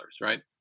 right